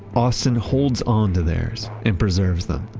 austin holds on to theirs and preserves them,